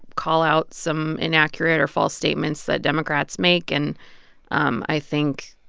call out some inaccurate or false statements that democrats make. and um i think,